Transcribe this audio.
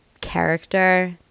character